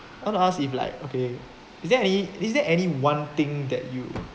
I want to ask if like okay is there any is there any one thing that you